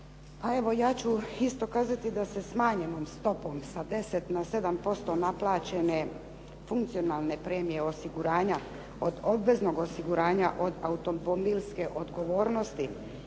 ja ću isto kazati da se smanjenom stopom sa 10 na 7% naplaćene funkcionalne premije osiguranja od obveznog osiguranja od automobilske odgovornosti